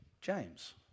James